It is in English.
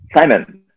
Simon